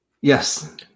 Yes